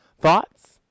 Thoughts